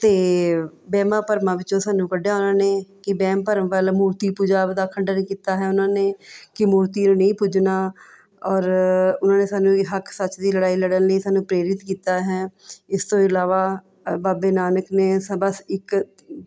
ਅਤੇ ਵਹਿਮਾਂ ਭਰਮਾਂ ਵਿੱਚੋਂ ਸਾਨੂੰ ਕੱਢਿਆ ਉਹਨਾਂ ਨੇ ਕਿ ਵਹਿਮ ਭਰਮ ਵੱਲ ਮੂਰਤੀ ਪੂਜਾ ਦਾ ਖੰਡਨ ਕੀਤਾ ਹੈ ਉਹਨਾਂ ਨੇ ਕਿ ਮੂਰਤੀ ਨੂੂੰ ਨਹੀਂ ਪੂਜਣਾ ਔਰ ਉਹਨਾਂ ਨੇ ਸਾਨੂੰ ਹੱਕ ਸੱਚ ਦੀ ਲੜਾਈ ਲੜਨ ਲਈ ਸਾਨੂੰ ਪ੍ਰੇਰਿਤ ਕੀਤਾ ਹੈ ਇਸ ਤੋਂ ਇਲਾਵਾ ਬਾਬੇ ਨਾਨਕ ਨੇ ਸ ਬੱਸ ਇੱਕ